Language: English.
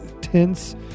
tense